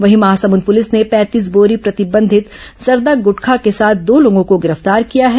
वहीं महासमुंद पुलिस ने पैंतीस बोरी प्रतिबंधित जर्दा गुटखा के साथ दो लोगों को गिरफ्तार किया है